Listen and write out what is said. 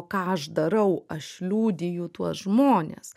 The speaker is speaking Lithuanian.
ką aš darau aš liudiju tuos žmones